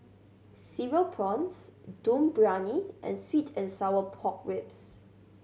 Cereal Prawns Dum Briyani and sweet and sour pork ribs